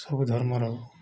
ସବୁ ଧର୍ମର